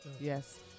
Yes